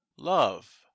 Love